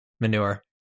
Manure